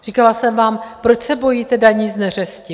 Říkala jsem vám, proč se bojíte daní z neřesti?